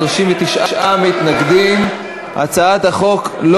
התשע"ג 2013,